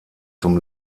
zum